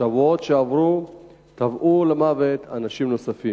בשבועות שעברו טבעו למוות אנשים נוספים.